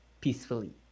peacefully